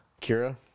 Kira